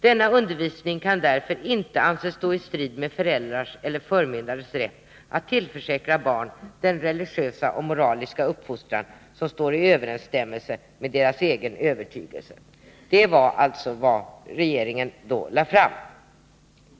Denna undervisning kan därför inte anses stå i strid med föräldrars eller förmyndares rätt att tillförsäkra barn den religiösa och moraliska uppfostran som står i överensstämmelse med deras egen övertygelse”. Det var alltså vad regeringen då lade fram.